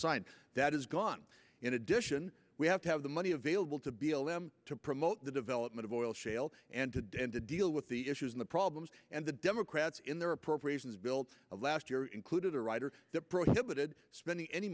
signed that is gone in addition we have to have the money available to b l m to promote the development of oil shale and to do and to deal with the issues in the problems and the democrats in their appropriations bills last year included a rider that prohibited spending any